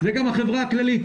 זה גם החברה הכללית.